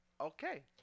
Okay